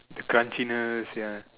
the crunchiness ya